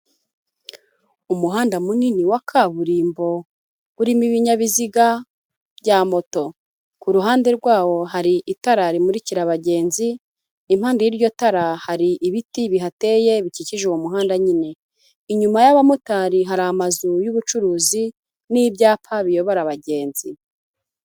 Umuhanda munini wa kaburimbo, urimo ibinyabiziga bya moto. Ku ruhande rwawo hari itara rimurikira abagenzi, impande y'iryo tara hari ibiti bihateye bikikije uwo muhanda nyine. Inyuma y'abamotari hari amazu y'ubucuruzi n'ibyapa biyobora abagenzi.